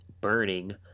burning